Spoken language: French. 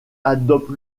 adopte